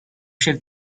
chef